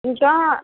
ఇంకా